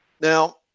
Now